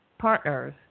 partners